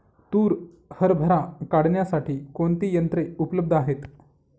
तूर हरभरा काढण्यासाठी कोणती यंत्रे उपलब्ध आहेत?